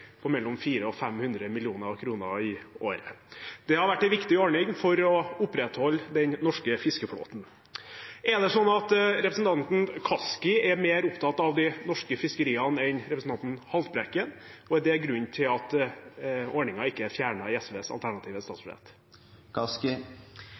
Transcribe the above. på mellom 400 mill. og 500 mill. kr i året. Det har vært en viktig ordning for å opprettholde den norske fiskeflåten. Er representanten Kaski mer opptatt av de norske fiskeriene enn representanten Haltbrekken, og er det grunnen til at ordningen ikke er fjernet i SVs alternative